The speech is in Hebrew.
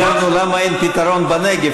הדגמנו למה אין פתרון בנגב,